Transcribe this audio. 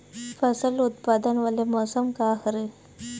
फसल उत्पादन वाले मौसम का हरे?